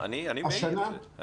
נכון, אני מעיד על זה.